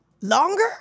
longer